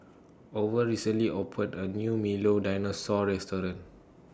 Orval recently opened A New Milo Dinosaur Restaurant